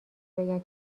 بگن